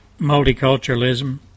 Multiculturalism